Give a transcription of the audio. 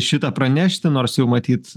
šį tą pranešti nors jau matyt